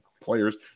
players